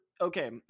okay